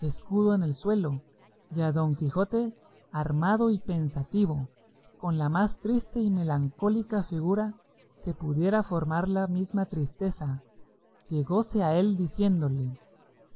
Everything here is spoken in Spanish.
escudo en el suelo y a don quijote armado y pensativo con la más triste y melancólica figura que pudiera formar la misma tristeza llegóse a él diciéndole